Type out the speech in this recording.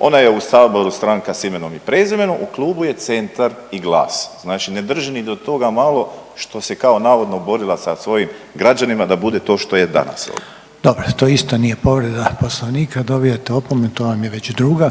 Ona je u Saboru Stranka s imenom i prezimenom, u klubu je Centar i GLAS. Znači ne drži ni do toga malo što se kao navodno borila sa svojim građanima da bude to što je danas ovdje. **Reiner, Željko (HDZ)** Dobro. To isto nije povreda Poslovnika, dobivate opomenu. To vam je već druga.